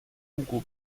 hugo